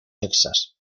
texas